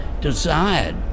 desired